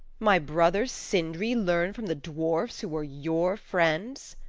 my brother sindri learn from the dwarfs who are your friends!